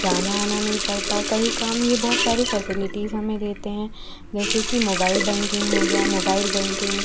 जाना आना नहीं पड़ता कही काम ये बहुत सारी फैसेलिटीज़ हमें देते हैं जैसे कि मोबाइल बैंकिंग हो गया मोबाइल बैंकिंग